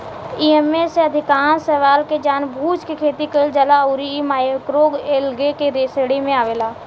एईमे से अधिकांश शैवाल के जानबूझ के खेती कईल जाला अउरी इ माइक्रोएल्गे के श्रेणी में आवेला